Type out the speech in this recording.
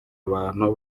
abantu